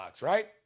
right